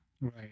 right